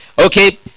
Okay